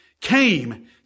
came